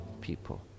people